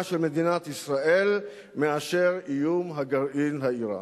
של מדינת ישראל מאיום הגרעין האירני.